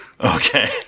Okay